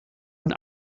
und